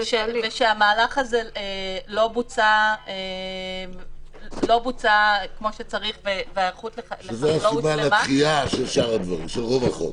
המהלך הזה לא בוצע כמו שצריך --- שזאת בעצם הסיבה לדחייה של רוב החוק.